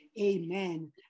Amen